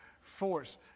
force